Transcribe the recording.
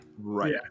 Right